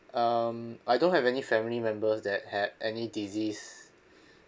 um I don't have any family members that have any disease